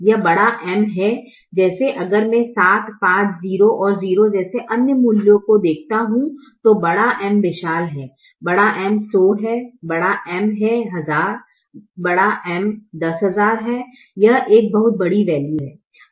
यह बड़ा M है जैसे अगर मैं 7 5 0 और 0 जैसे अन्य मूल्यों को देखता हूं तो बड़ा M विशाल है बड़ा M 100 है बड़ा M है 1000 बिग एम 10000 है यह एक बहुत बडी वैल्यू है